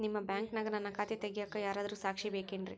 ನಿಮ್ಮ ಬ್ಯಾಂಕಿನ್ಯಾಗ ನನ್ನ ಖಾತೆ ತೆಗೆಯಾಕ್ ಯಾರಾದ್ರೂ ಸಾಕ್ಷಿ ಬೇಕೇನ್ರಿ?